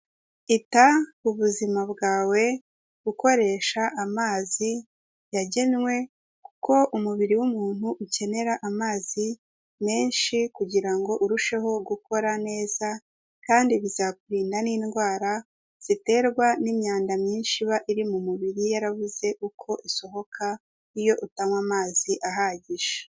Ita ku buzima bwawe ukoresha amazi yagenwe kuko umubiri w'umuntu ukenera amazi menshi kugira ngo urusheho gukora neza, kandi bizakurinda n'indwara ziterwa n'imyanda myinshi iba iri mu mubiri yarabuze uko isohoka, iyo utanywa amazi ahagije.